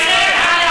ושל ערביי ישראל.